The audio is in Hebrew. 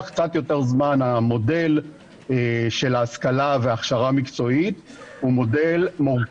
קצת יותר זמן זה שהמודל של ההשכלה וההכשרה המקצועית מורכב,